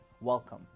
Welcome